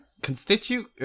constitute